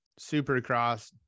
supercross